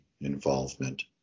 Involvement